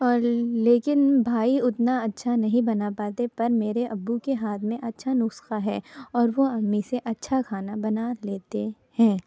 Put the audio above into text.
اور لیکن بھائی اتنا اچھا نہیں بنا پاتے پر میرے ابو کے ہاتھ میں اچھا نسخہ ہے اور وہ امی سے اچھا کھانا بنا لیتے ہیں